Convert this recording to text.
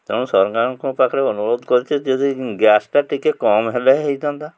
ତେଣୁ ସରକାରଙ୍କ ପାଖରେ ଅନୁରୋଧ କରିଚେ ଯଦି ଗ୍ୟାସ୍ଟା ଟିକେ କମ୍ ହେଲେ ହୋଇଥାନ୍ତା